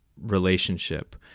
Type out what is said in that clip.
relationship